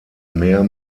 meer